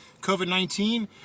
COVID-19